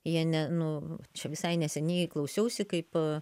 jie ne nu čia visai neseniai klausiausi kaip